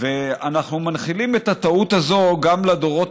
ואנחנו מנחילים את הטעות הזאת גם לדורות